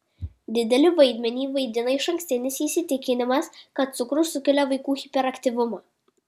didelį vaidmenį vaidina išankstinis įsitikinimas kad cukrus sukelia vaikų hiperaktyvumą